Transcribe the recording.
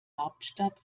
hauptstadt